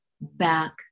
back